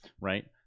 right